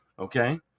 Okay